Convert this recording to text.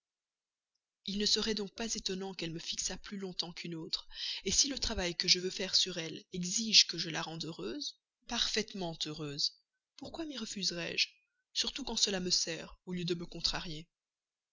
il ne serait donc pas étonnant qu'elle me fixât plus de temps qu'une autre si le travail que je veux faire sur elle exige que je la rende heureuse parfaitement heureuse pourquoi m'y refuserais-je surtout quand cela me sert au lieu de me contrarier